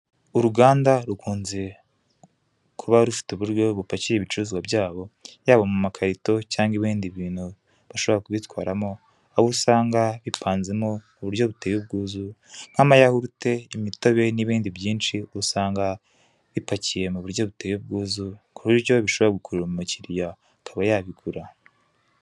Uruganda rukunze kura rifite uburyo bupakiye ibicuruzwa byabo, yaba mu makarito, cyangwa ibindi bintu bashobora kubitwaramo, aho usanga bipanzemo mu buryo biteye ubwuzu, nk'amayahurute, imitobe, n'ibindi byinshi usanga bipakiye mu buryo buteye ubwuzu, ku buryo bishobora gukurura umukiriya akaba yabigura.